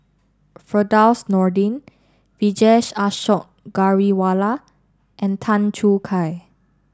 Firdaus Nordin Vijesh Ashok Ghariwala and Tan Choo Kai